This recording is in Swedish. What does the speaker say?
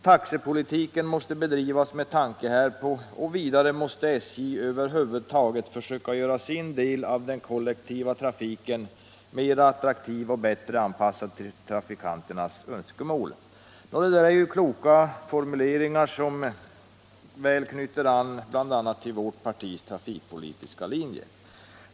Taxepolitiken måste bedrivas med tanke härpå och vidare måste SJ över huvud taget försöka göra sin del av den kollektiva trafiken mera attraktiv och bättre anpassad tull trafikanternas önskemål.” Det där är ju kloka formuleringar, som knyter väl an till bl.a. vårt partis trafikpolitiska linje.